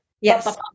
yes